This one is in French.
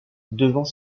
devant